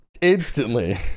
Instantly